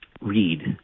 read